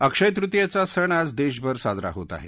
अक्षय तृतीयाचा सण आज देशभर साजरा होत आहे